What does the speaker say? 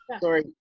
Sorry